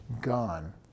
gone